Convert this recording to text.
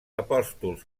apòstols